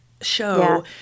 show